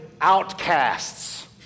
outcasts